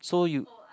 so you